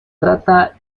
trata